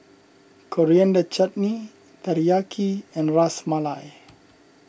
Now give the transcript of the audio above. Coriander Chutney Teriyaki and Ras Malai